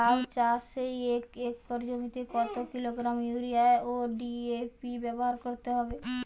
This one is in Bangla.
লাউ চাষে এক একর জমিতে কত কিলোগ্রাম ইউরিয়া ও ডি.এ.পি ব্যবহার করতে হবে?